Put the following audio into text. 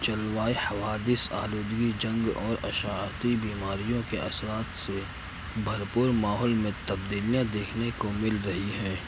جلوایو حوادث آلودگی جنگ اور اشاعتی بیماریوں کے اثرات سے بھرپور ماحول میں تبدیلیاں دیکھنے کو مل رہی ہیں